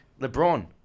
LeBron